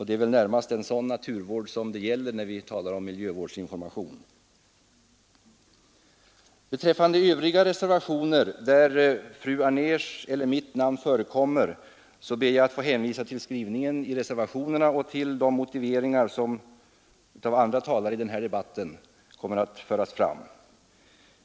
Det är väl närmast en sådan naturvård det gäller när vi talar om miljövårdsinformation. Beträffande övriga reservationer, där fru Anérs eller mitt namn förekommer, ber jag att få hänvisa till skrivningen i reservationerna och till de motiveringar som kommer att anföras av andra talare i debatten.